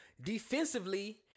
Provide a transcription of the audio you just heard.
Defensively